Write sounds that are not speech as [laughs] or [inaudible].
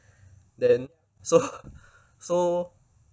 then so [laughs] so